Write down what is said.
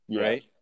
Right